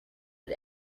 but